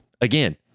Again